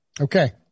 Okay